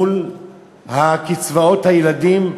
מול קצבאות הילדים,